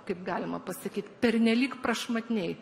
kaip galima pasakyt pernelyg prašmatniai